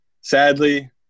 sadly